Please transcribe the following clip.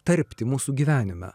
tarpti mūsų gyvenime